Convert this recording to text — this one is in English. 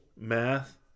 Math